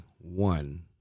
one